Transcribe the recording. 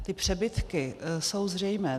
Ty přebytky jsou zřejmé.